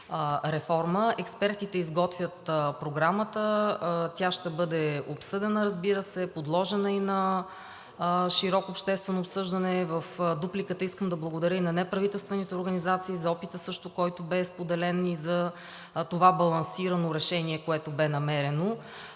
Експертите изготвят програмата, тя ще бъде обсъдена, разбира се, подложена и на широко обществено обсъждане. В дупликата искам да благодаря също и на неправителствените организации за опита, който бе споделен и за това балансирано решение, което бе намерено.